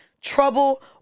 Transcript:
trouble